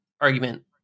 argument